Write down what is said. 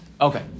Okay